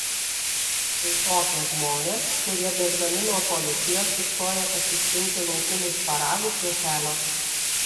tai tokie žmonės kurie bėgdami nuo policijos sustoja pasiskinti laukinių šparagų prie kelio